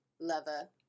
lover